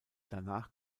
danach